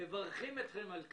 מברכים אתכם על כך.